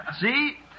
See